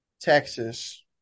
Texas